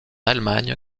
allemagne